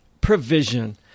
provision